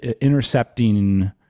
intercepting